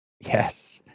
Yes